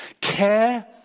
care